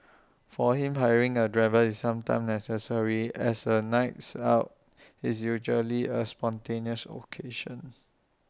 for him hiring A driver is sometimes necessary as A nights out is usually A spontaneous occasion